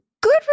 good